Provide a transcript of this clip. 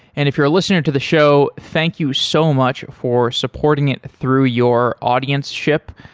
and if you're a listener to the show, thank you so much for supporting it through your audienceship.